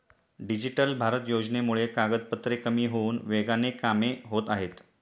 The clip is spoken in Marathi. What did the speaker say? डिजिटल भारत योजनेमुळे कागदपत्रे कमी होऊन वेगाने कामे होत आहेत